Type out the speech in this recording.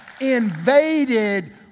invaded